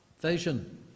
vision